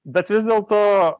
bet vis dėl to